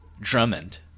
Drummond